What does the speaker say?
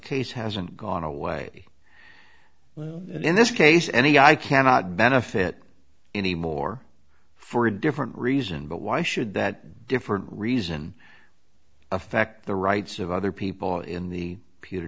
case hasn't gone away in this case any i cannot benefit any more for a different reason but why should that different reason affect the rights of other people in the